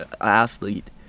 athlete